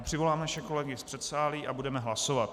Přivolám naše kolegy z předsálí a budeme hlasovat.